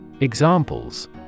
Examples